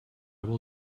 will